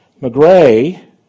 mcgray